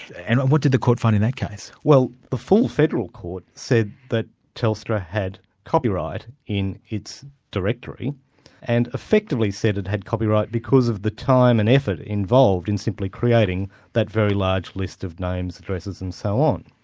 and what did the court find in that case? well the full federal court said that telstra had copyright in its directory and effectively said it had copyright because of the time and effort involved in simply creating that very large list of names, addresses and so on.